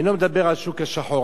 אני לא מדבר על השוק השחור,